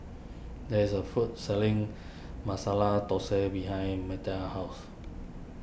there is a food selling Masala Thosai behind Metta's house